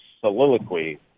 soliloquy